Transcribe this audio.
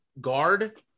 guard